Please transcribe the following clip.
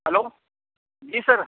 hello جی سر